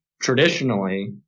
traditionally